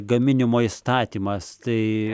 gaminimo įstatymas tai